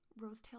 Rosetail